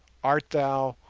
art thou,